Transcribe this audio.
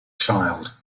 child